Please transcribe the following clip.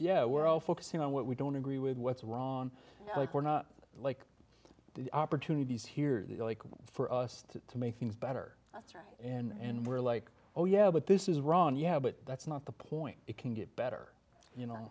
yeah we're all focusing on what we don't agree with what's wrong like we're not like the opportunities here for us to make things better that's right and we're like oh yeah but this is wrong yeah but that's not the point it can get better you know